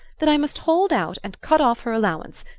that i must hold out and cut off her allowance,